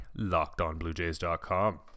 LockedOnBlueJays.com